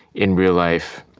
in real life,